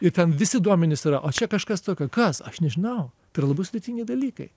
ir ten visi duomenys yra o čia kažkas tokio kas aš nežinau tai yra labai sudėtingi dalykai